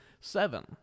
seven